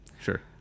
Sure